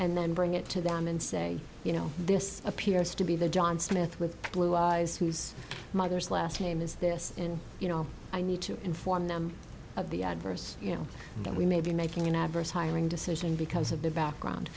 and then bring it to them and say you know this appears to be the john smith with blue eyes who's mother's last name is this and you know i need to inform them of the adverse you know that we may be making an adverse hiring decision because of the background